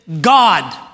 God